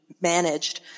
Managed